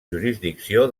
jurisdicció